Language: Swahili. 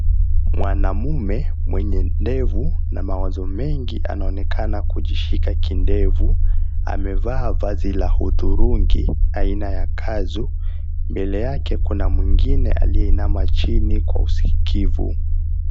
Mwanamume mwenye ndevu na mawazo mengi anaonekana kujishika kidevu, amevaa vazi la hudhurungi aina ya kanzu. mbele yakekuna mwengine aliyeinama chini kwa usikivu.